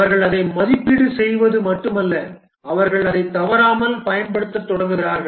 அவர்கள் அதை மதிப்பீடு செய்வது மட்டுமல்ல அவர்கள் அதை தவறாமல் பயன்படுத்தத் தொடங்குகிறார்கள்